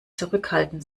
zurückhalten